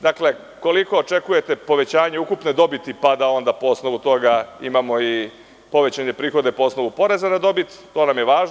Dakle, koliko očekujete povećanje ukupne dobiti, pa da onda na osnovu toga imamo i povećane prihode po osnovu poreza na dobit, to nam je važno.